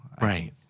Right